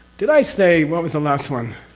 did i say? what was the last one?